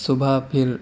صبح پھر